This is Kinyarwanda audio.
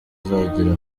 azagera